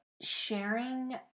sharing